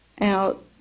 out